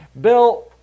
Bill